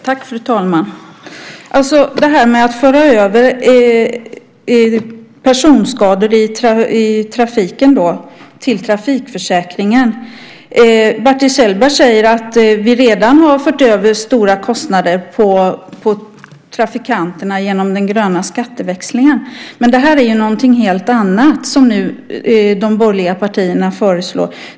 Fru talman! Det föreslås att man ska föra över ansvaret för personskador i trafiken till trafikförsäkringen. Bertil Kjellberg säger att vi redan har fört över stora kostnader på trafikanterna genom den gröna skatteväxlingen. Det är någonting helt annat som de borgerliga partierna nu föreslår.